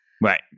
Right